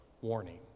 warning